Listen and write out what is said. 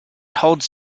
holds